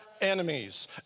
enemies